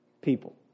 people